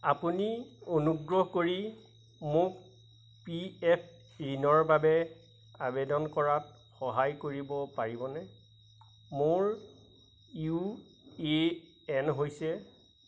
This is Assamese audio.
আপুনি অনুগ্ৰহ কৰি মোক পি এফ ঋণৰ বাবে আবেদন কৰাত সহায় কৰিব পাৰিবনে মোৰ ইউ এ এন হৈছে